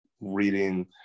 reading